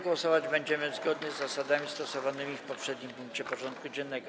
Głosować będziemy zgodnie z zasadami stosowanymi w poprzednim punkcie porządku dziennego.